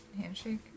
handshake